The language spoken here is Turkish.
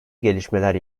gelişmeler